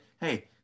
Hey